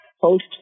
post